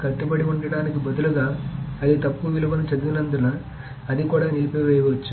కట్టుబడి ఉండటానికి బదులుగా అది తప్పు విలువ చదివినందున అది కూడా నిలిపివేయవచ్చు